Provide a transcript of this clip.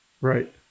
right